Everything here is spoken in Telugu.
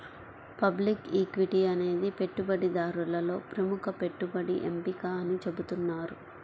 పబ్లిక్ ఈక్విటీ అనేది పెట్టుబడిదారులలో ప్రముఖ పెట్టుబడి ఎంపిక అని చెబుతున్నారు